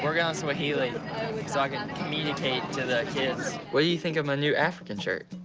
working on swahili so i can communicate to the kids. what do you think of my new african shirt?